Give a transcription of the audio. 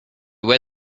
where